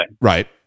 right